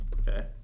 Okay